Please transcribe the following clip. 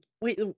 wait